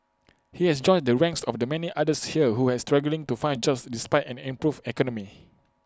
he has joined the ranks of the many others here who are struggling to find jobs despite an improved economy